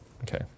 Okay